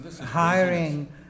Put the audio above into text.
hiring